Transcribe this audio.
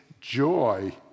joy